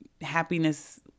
happiness